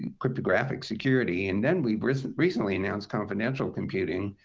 cryptographic security. and then we recently recently announced confidential computing.